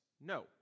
No